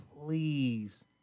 please